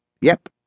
Yep